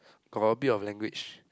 got a bit of language